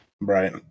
Right